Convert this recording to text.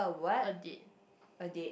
hurt it